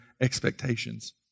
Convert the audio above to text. expectations